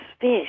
fish